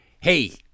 Hey